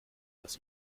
das